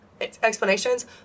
explanations